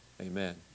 Amen